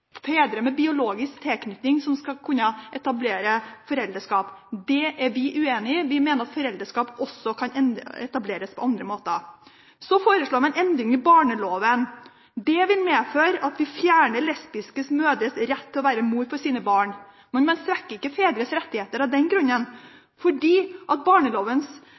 fedre med biologisk tilknytning som skal kunne etablere foreldreskap. Det er vi uenig i. Vi mener at foreldreskap også kan etableres på andre måter. Så foreslår man endringer i barneloven. Det vil medføre at vi fjerner lesbiske mødres rett til å være mor for sine barn. Men man svekker ikke fedrenes rettigheter av den